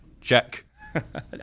Check